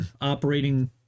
operating